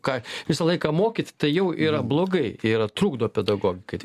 ką visą laiką mokyt tai jau yra blogai ir trukdo pedagogikai